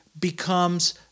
becomes